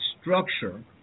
structure